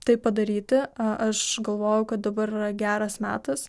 tai padaryti aš galvojau kad dabar yra geras metas